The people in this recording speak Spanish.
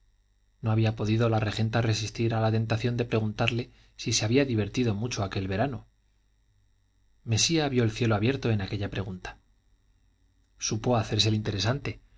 no había podido la regenta resistir a la tentación de preguntarle si se había divertido mucho aquel verano mesía vio el cielo abierto en aquella pregunta supo hacerse el interesante